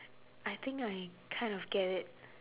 I think I kind of get it